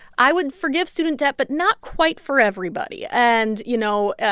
i would forgive student debt, but not quite for everybody. and, you know